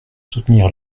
soutenir